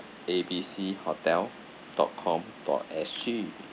A B C hotel dot com dot S_G